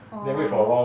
orh